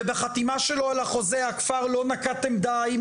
ובחתימה שלו על החוזה הכפר לא נקט עמדה האם